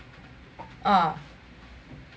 ah